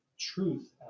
truth